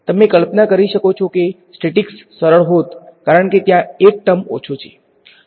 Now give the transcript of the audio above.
તમે કલ્પના કરી શકો છો કે સ્ટેટિક્સ સરળ હોત કારણ કે ત્યાં એક ટર્મ ઓછો છે